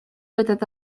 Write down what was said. этот